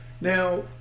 now